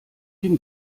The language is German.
dem